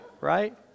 right